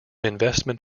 investment